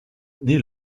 naît